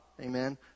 Amen